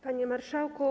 Panie Marszałku!